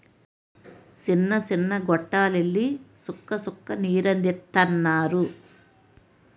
సిన్న సిన్న గొట్టాల్లెల్లి సుక్క సుక్క నీరందిత్తన్నారు